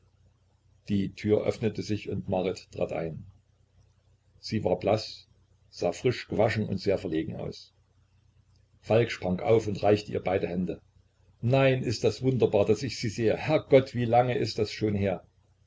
die tür öffnete sich und marit trat ein sie war blaß sah frisch gewaschen und sehr verlegen aus falk sprang auf und reichte ihr beide hände nein ist das wunderbar daß ich sie sehe herrgott wie lange ist das schon her